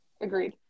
Agreed